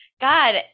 God